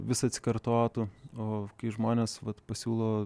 vis atsikartotų o kai žmonės vat pasiūlo